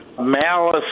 Malice